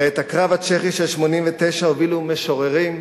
הרי את הקרב הצ'כי של 1989 הובילו משוררים,